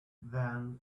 then